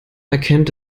erkennt